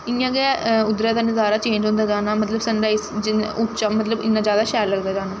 इ'यां गै उद्धरा दा नजारा चेंज होंदा जाना मतलब सन राइज जिन्ना उच्चा मतलब इन्ना जैदा शैल लगदा जाना